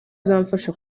izamfasha